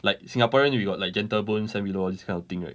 like singaporean we got like gentle bones sam willows all this kind of thing right